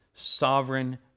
Sovereign